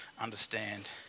understand